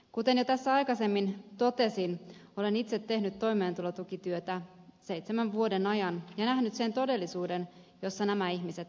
kuten jo tässä aikaisemmin totesin olen itse tehnyt toimeentulotukityötä seitsemän vuoden ajan ja nähnyt sen todellisuuden jossa nämä ihmiset elävät